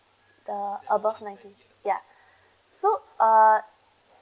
the above ninety ya so uh